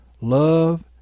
love